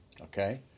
Okay